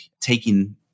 taking